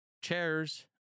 chairs